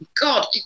God